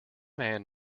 man